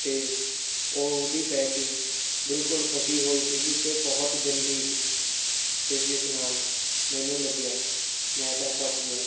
ਅਤੇ ਉਹ ਉਹਦੀ ਪੈਕਿੰਗ ਬਿਲਕੁਲ ਫਟੀ ਹੋਈ ਸੀਗੀ ਅਤੇ ਬਹੁਤ ਗੰਦੀ ਸੀ ਅਤੇ ਜਿਸ ਨਾਲ ਮੈਨੂੰ ਲੱਗਿਆ ਮੈਂ ਤਾਂ ਫਸ ਗਿਆ